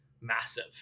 massive